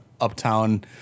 uptown